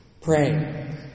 pray